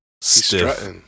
stiff